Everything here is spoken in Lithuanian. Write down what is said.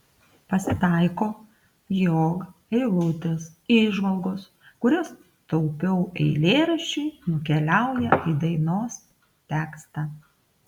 pasitaiko jog eilutės įžvalgos kurias taupiau eilėraščiui nukeliauja į dainos tekstą